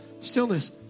stillness